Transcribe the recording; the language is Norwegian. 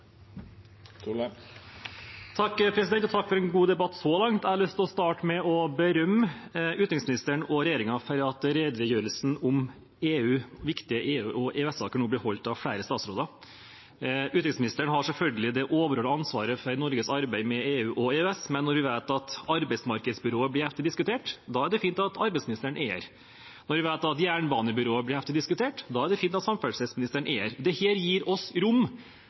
Takk for en god debatt så langt. Jeg har lyst til å starte med å berømme utenriksministeren og regjeringen for at redegjørelsen om viktige EU- og EØS-saker nå blir holdt av flere statsråder. Utenriksministeren har selvfølgelig det overordnede ansvaret for Norges arbeid med EU og EØS, men når vi vet at arbeidsmarkedsbyrået blir heftig diskutert, er det fint at arbeidsministeren er her, og når vi vet at jernbanebyrået blir heftig diskutert, er det fint at samferdselsministeren er her. Dette gir oss rom